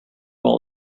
will